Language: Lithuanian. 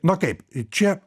na kaip čia